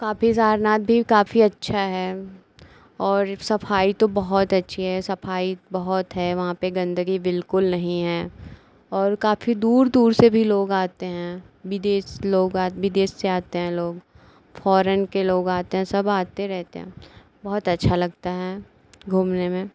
काफी सारनाथ भी काफी अच्छा है और सफाई तो बहुत अच्छी है सफाई बहुत है वहाँ पर गंदगी बिल्कुल नहीं है और काफी दूर दूर से भी लोग आते हैं विदेश लोग विदेश से आते हैं लोग फॉरेन के लोग आते हैं सब आते रहते हैं बहुत अच्छा लगता है घूमने में